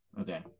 Okay